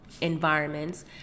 environments